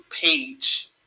page